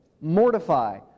mortify